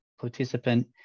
participant